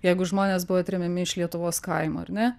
jeigu žmonės buvo tremiami iš lietuvos kaimo ar ne